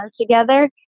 together